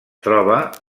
troba